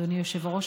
אדוני היושב-ראש.